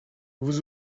vous